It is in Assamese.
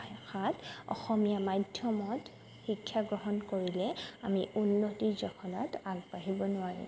ভাষাত অসমীয়া মাধ্যমত শিক্ষা গ্ৰহণ কৰিলে আমি উন্নতিৰ জখলাত আগবাঢ়িব নোৱাৰোঁ